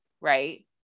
right